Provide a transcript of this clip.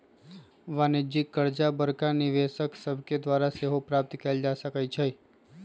वाणिज्यिक करजा बड़का निवेशक सभके द्वारा सेहो प्राप्त कयल जा सकै छइ